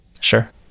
Sure